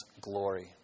glory